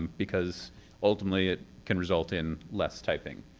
because ultimately, it can result in less typing.